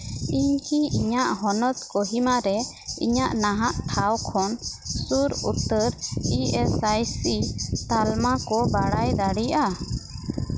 ᱤᱧ ᱠᱤ ᱤᱧᱟᱹᱜ ᱦᱚᱱᱚᱛ ᱠᱳᱦᱤᱢᱟ ᱨᱮ ᱤᱧᱟᱹᱜ ᱱᱟᱦᱟᱜ ᱴᱷᱟᱶ ᱠᱷᱚᱱ ᱥᱩᱨ ᱩᱛᱟᱹᱨ ᱤ ᱮᱥ ᱟᱭ ᱥᱤ ᱛᱟᱞᱢᱟ ᱠᱚ ᱵᱟᱲᱟᱭ ᱫᱟᱲᱮᱭᱟᱜᱼᱟ